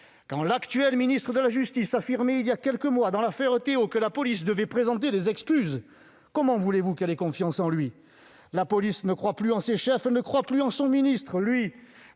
Quand l'actuel ministre de la justice affirmait, il y a quelques mois, dans l'affaire Théo, que la police devait présenter des excuses, comment voulez-vous que celle-ci ait confiance en lui ? La police ne croit plus en ses chefs. Elle ne croit plus en son ministre. Elle